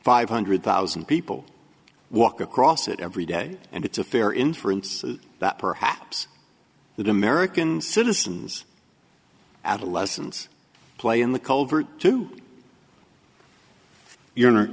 five hundred thousand people walk across it every day and it's a fair inference that perhaps that american citizens adolescents play in the culvert to your